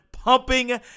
pumping